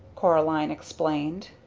coraline explained.